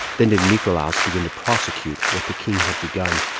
then did nicolaus begin to prosecute what the king had begun,